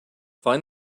find